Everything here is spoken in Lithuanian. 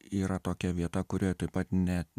yra tokia vieta kurioje taip pat ne